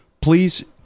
please